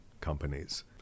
companies